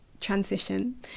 transition